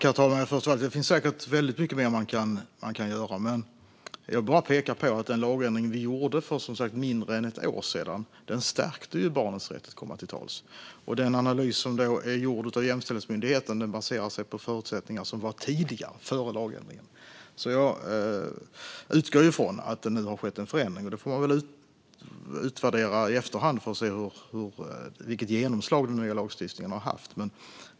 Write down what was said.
Herr talman! Det finns säkert mycket mer som kan göras. Jag vill peka på att den lagändring som infördes för mindre än ett år sedan stärkte barnens rätt att komma till tals. Den analys som är gjord av Jämställdhetsmyndigheten baserar sig på förutsättningar som fanns tidigare före lagändringen. Jag utgår från att det har skett en förändring, och det får man utvärdera i efterhand för att se vilket genomslag den nya lagstiftningen har haft.